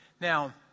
Now